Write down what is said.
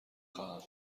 خواهم